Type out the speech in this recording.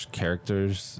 characters